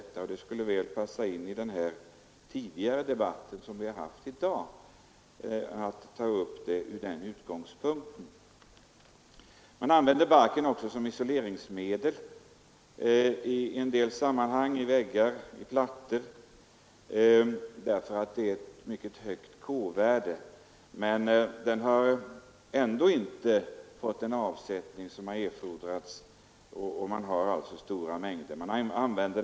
Dessa uppgifter skulle kunna passa in i den debatt vi haft tidigare i dag. Man använder barken också som isoleringsmedel i väggar, plattor och annat därför att den har ett mycket högt K-värde. Den har emellertid ändå inte fått erforderlig avsättning och man har stora mängder liggande.